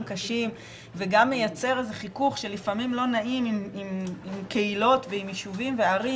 קשים וגם מייצר איזה חיכוך שלפעמים לא נעים עם קהילות ועם ישובים וערים,